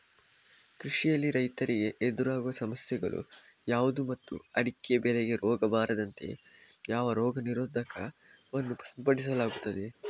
ಕೃಷಿಯಲ್ಲಿ ರೈತರಿಗೆ ಎದುರಾಗುವ ಸಮಸ್ಯೆಗಳು ಯಾವುದು ಮತ್ತು ಅಡಿಕೆ ಬೆಳೆಗೆ ರೋಗ ಬಾರದಂತೆ ಯಾವ ರೋಗ ನಿರೋಧಕ ವನ್ನು ಸಿಂಪಡಿಸಲಾಗುತ್ತದೆ?